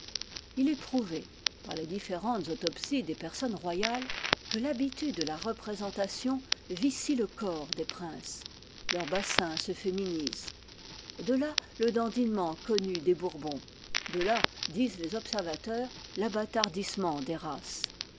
il est prouvé par les différentes autopsies des personnes royales que l'habitude de la représentation vicie le corps des princes leur bassin se féminise de là le dandinement connu des bourbons de là disent les observateurs l'abâtardissement des races